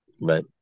Right